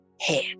head